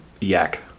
Yak